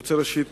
ראשית,